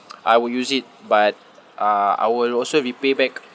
I will use it but uh I will also repay back